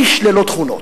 איש ללא תכונות.